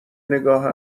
نگاه